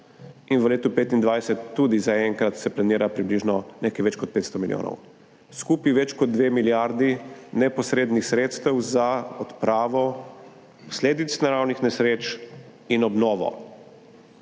in v letu 2025 se zaenkrat tudi planira približno nekaj več kot 500 milijonov. Skupaj več kot 2 milijardi neposrednih sredstev za odpravo posledic naravnih nesreč in obnovo